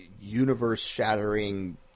universe-shattering